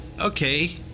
okay